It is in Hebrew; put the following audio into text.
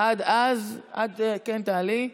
עד אז, כן, אתי, תעלי,